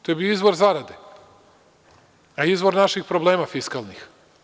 To je bio izvor zarade, a izvor naših problema fiskalnih.